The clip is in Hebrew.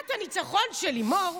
תמונת הניצחון של לימור